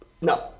no